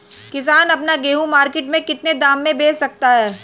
किसान अपना गेहूँ मार्केट में कितने दाम में बेच सकता है?